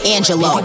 Angelo